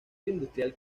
industrial